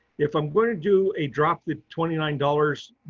if i'm going to do a, drop the twenty nine dollars,